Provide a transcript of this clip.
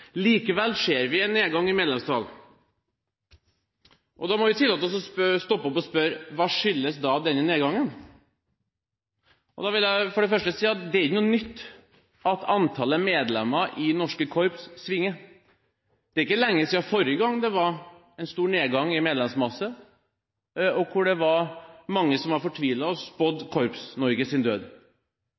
Likevel ser vi en nedgang i medlemstall. Da må vi tillate oss å stoppe opp og spørre: Hva skyldes da denne nedgangen? Jeg vil for det første si at det ikke er noe nytt at antallet medlemmer i norske korps svinger. Det er ikke lenge siden forrige gang det var en stor nedgang i medlemsmassen, da mange var fortvilet og spådde Korps-Norges død. Etter det har det skjedd en voldsom oppblomstring, og vi vet at veldig mange korps